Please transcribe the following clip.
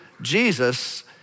Jesus